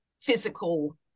physical